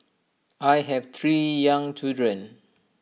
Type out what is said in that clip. I have three young children